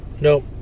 Nope